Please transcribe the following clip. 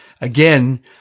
Again